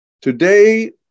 Today